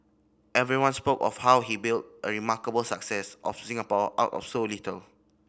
everyone spoke of how he built a remarkable success of Singapore out of so little